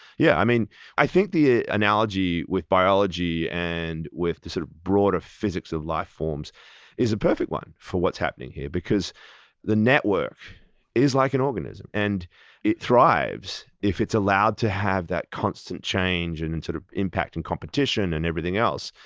yeah i mean i think the analogy with biology and with the sort of broader physics of life forms is a perfect one for what's happening here, because the network is like an organism, and it thrives if it's allowed to have that constant change and impact sort of impact and competition and everything else.